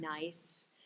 nice